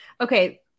Okay